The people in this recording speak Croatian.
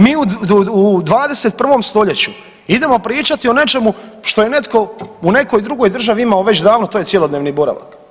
Mi u 21. stoljeću idemo pričati o nečemu što je netko u nekoj drugoj državi imao već davno, to je cjelodnevni boravak.